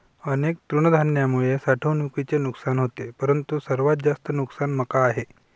अनेक तृणधान्यांमुळे साठवणुकीचे नुकसान होते परंतु सर्वात जास्त नुकसान मका आहे